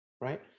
right